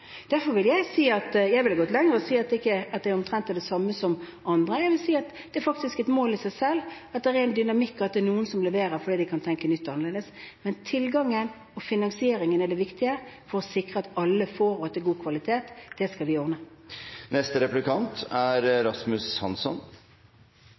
Derfor vil jeg gå lenger og si at det ikke er omtrent det samme, jeg vil si at det faktisk er et mål i seg selv at det er en dynamikk, og at det er noen som leverer fordi de kan tenke nytt og annerledes. Men tilgangen og finansieringen er det viktige for å sikre at alle får, og at det er god kvalitet. Det skal vi